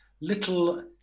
little